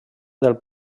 del